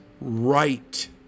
right